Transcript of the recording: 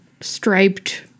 striped